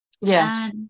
Yes